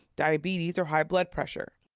diabetes or high blood pressure.